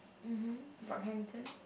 mmhmm Brockhampton